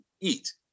eat